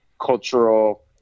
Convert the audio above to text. cultural